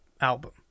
album